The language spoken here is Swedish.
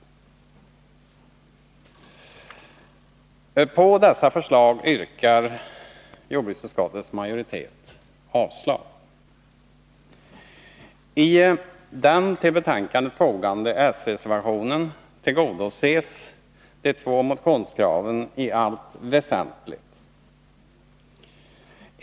På dessa förslag yrkar jordbruksutskottets majoritet avslag. I den till betänkandet fogade s-reservationen tillgodoses de två motionskraven i allt väsentligt.